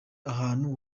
ahantu